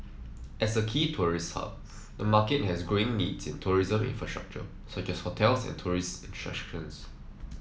as a key tourist hub the market has growing needs in tourism infrastructure such as hotels and tourist attractions